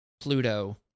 Pluto